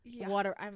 Water